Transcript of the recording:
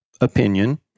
opinion